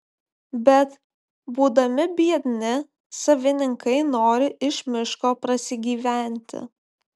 bet būdami biedni savininkai nori iš miško prasigyventi